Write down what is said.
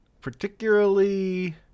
Particularly